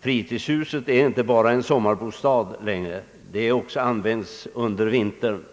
Det är inte längre bara en sommarbostad utan utnyttjas också på vintern.